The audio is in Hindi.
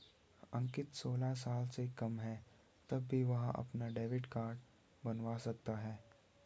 अंकित सोलह साल से कम है तब भी वह अपना डेबिट कार्ड बनवा सकता है